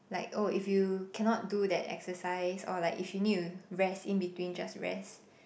like oh if you cannot do that exercise or like if you need to rest in between just rest